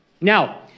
Now